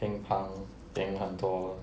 乒乓 then 很多